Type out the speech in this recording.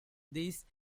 these